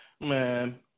man